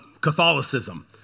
Catholicism